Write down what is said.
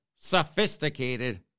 sophisticated